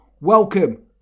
Welcome